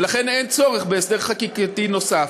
ולכן אין צורך בהסדר חקיקתי נוסף.